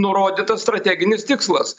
nurodytas strateginis tikslas